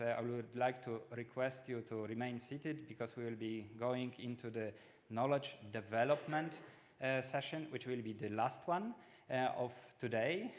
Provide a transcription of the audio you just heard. i would like to request you to remain seated because we will be going into the knowledge develop session, which will be the last one of today.